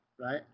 right